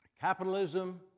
Capitalism